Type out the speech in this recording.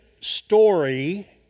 story